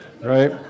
right